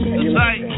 Tonight